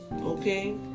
Okay